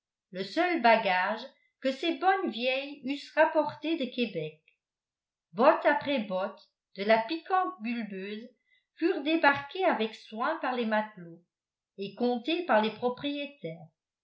le seul bagage que ces bonnes vieilles eussent rapporté de québec bottes après bottes de la piquante bulbeuse furent débarquées avec soin par les matelots et comptées par les propriétaires